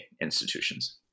institutions